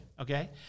Okay